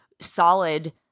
solid